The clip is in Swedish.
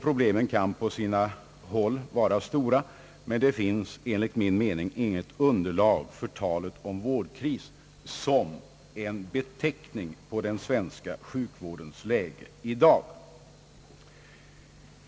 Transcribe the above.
Problemen kan på sina håll vara stora, men det finns enligt min mening inget underlag för talet om vårdkris som en beteckning på den svenska sjukvårdens läge i dag.